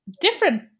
different